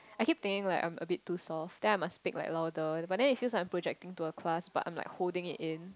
I keep thinking like I'm a bit too soft then I must speak like louder but then it feels like I'm projecting to a class but I'm like holding it in